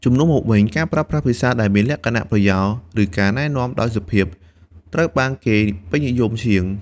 ជំនួសមកវិញ ការប្រើប្រាស់ភាសាដែលមានលក្ខណៈប្រយោល ឬការណែនាំដោយសុភាព ត្រូវបានគេពេញនិយមជាង។